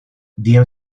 diem